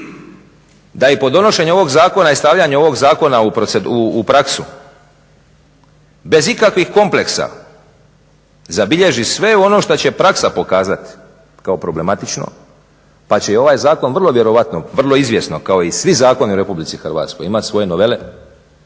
da i po donošenju ovog zakona i stavljanju ovog zakona u praksu bez ikakvih kompleksa zabilježi sve ono što će praksa pokazati kao problematično pa će i ovaj zakon vrlo vjerojatno vrlo izvjesno kao i svi zakoni u RH imati svoje novele